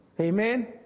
Amen